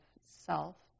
self